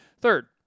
Third